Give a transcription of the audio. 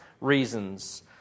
reasons